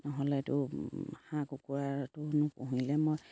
নহ'লেতো হাঁহ কুকুৰাটোনো পুহিলে মই